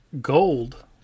Gold